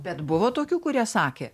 bet buvo tokių kurie sakė